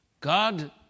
God